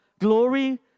glory